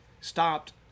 stopped